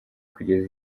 kugeza